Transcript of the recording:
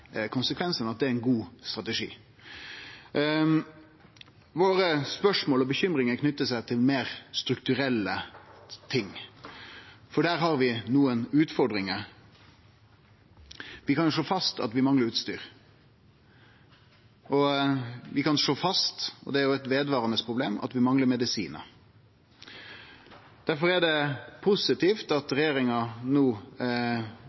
Våre spørsmål og bekymringar knyter seg til meir strukturelle ting – for der har vi nokre utfordringar. Vi kan slå fast at vi manglar utstyr. Og vi kan slå fast – det er jo eit vedvarande problem – at vi manglar medisinar. Difor er det positivt at regjeringa no